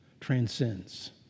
transcends